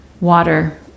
water